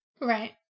Right